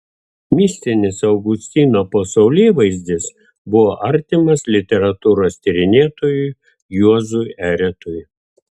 mistinis augustino pasaulėvaizdis buvo artimas literatūros tyrinėtojui juozui eretui